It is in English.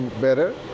better